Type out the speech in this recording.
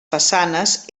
façanes